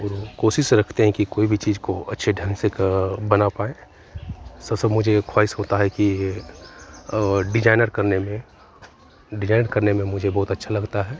और कोशिश रखते हैं कि कोई भी चीज को अच्छे ढंग से बना पाएँ मुझे ख्वाहिश होता है कि डिजाइनर करने में डिजाइन करने में मुझे बहुत अच्छा लगता है